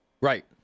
Right